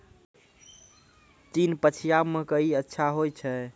तीन पछिया मकई अच्छा होय छै?